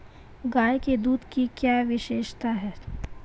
गाय के दूध की क्या विशेषता है?